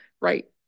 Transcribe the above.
right